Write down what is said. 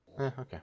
Okay